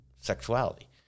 sexuality